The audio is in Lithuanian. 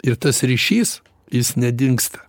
ir tas ryšys jis nedingsta